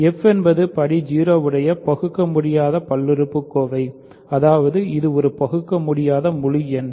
f என்பது படி 0 உடைய பகுக்க முடியாத பல்லுறுப்புக்கோவை அதாவது இது ஒரு பகுக்க முடியாத முழு எண்